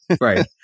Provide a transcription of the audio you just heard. Right